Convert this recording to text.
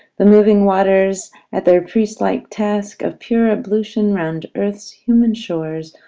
the moving waters at their priestlike task of pure ablution round earth's human shores,